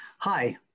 Hi